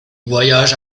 voyage